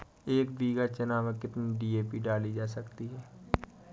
एक बीघा चना में कितनी डी.ए.पी डाली जा सकती है?